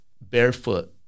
barefoot